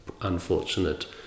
unfortunate